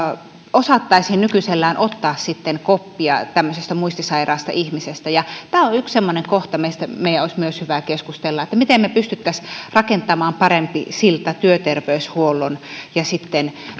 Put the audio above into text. osattaisiin nykyisellään ottaa sitten koppia tämmöisestä muistisairaasta ihmisestä tämä on on yksi semmoinen kohta mistä meidän olisi myös hyvä keskustella miten me pystyisimme rakentamaan paremman sillan työterveyshuollon ja terveyskeskuksen asiakkuuden välille sitten